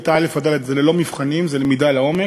מכיתה א' עד ד' אין מבחנים, זו למידה לעומק.